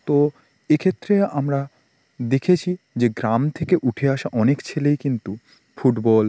তো এক্ষেত্রে আমরা দেখেছি যে গ্রাম থেকে উঠে আসা অনেক ছেলেই কিন্তু ফুটবল